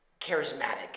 charismatic